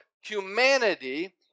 humanity